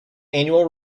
annual